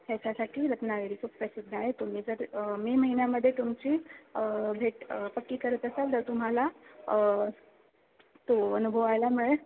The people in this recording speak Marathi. ह्याच्यासाठी रत्नागिरी खूप प्रसिद्ध आहे तुम्ही जर मे महिन्यामध्ये तुमची भेट पक्की करत असाल तर तुम्हाला तो अनुभवायला मिळेल